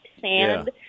sand